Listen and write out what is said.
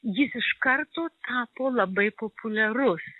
jis iš karto tapo labai populiarus